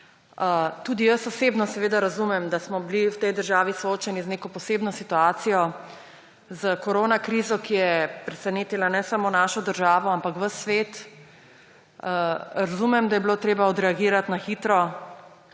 Tudi jaz osebno razumem, da smo bili v tej državi soočeni z neko posebno situacijo s koronakrizo, ki je presenetila ne samo našo državo, ampak ves svet, razumem, da je bilo treba odreagirati na hitro,